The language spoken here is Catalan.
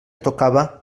tocava